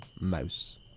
mouse